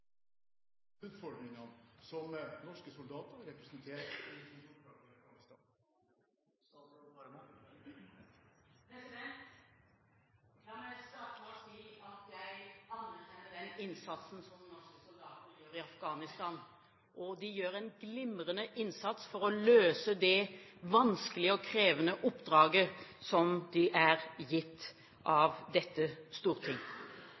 utfordringene som norske soldater representerer under sitt oppdrag i Afghanistan? La meg starte med å si at jeg anerkjenner den innsatsen som norske soldater gjør i Afghanistan. De gjør en glimrende innsats for å løse det vanskelige og krevende oppdraget som de er gitt av dette storting.